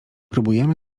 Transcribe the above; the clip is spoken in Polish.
próbujemy